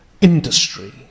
industry